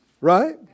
Right